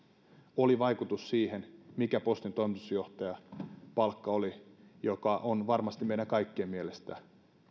oli vaikutus siihen mikä postin toimitusjohtajan palkka on joka on varmasti meidän kaikkien mielestä